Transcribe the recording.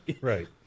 Right